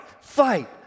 fight